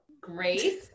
great